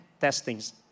testings